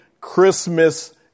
Christmas